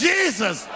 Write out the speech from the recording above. Jesus